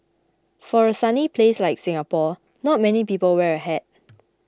for a sunny place like Singapore not many people wear a hat